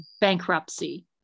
bankruptcy